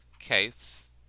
case